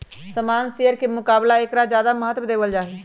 सामान्य शेयर के मुकाबला ऐकरा ज्यादा महत्व देवल जाहई